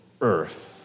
earth